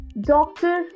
doctor